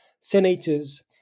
senators